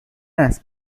است